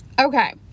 Okay